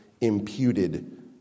imputed